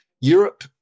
Europe